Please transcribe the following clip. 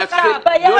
אני אתחיל ------ תמר,